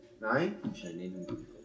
nine